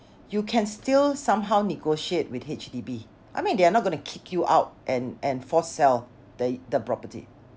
you can still somehow negotiate with H_D_B I mean they are not gonna kick you out and and forced sell the the property